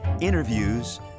interviews